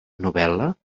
novel·la